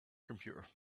computer